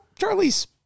Charlie's